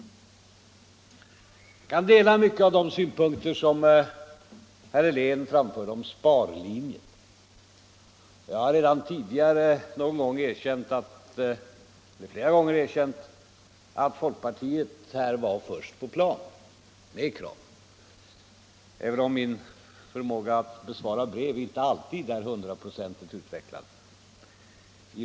Jag delar många av de synpunkter som herr Helén framförde om sparlinjen. Jag har redan tidigare flera gånger erkänt att folkpartiet här var först på plan med krav, även om min förmåga att besvara brev inte alltid är hundraprocentigt utvecklad.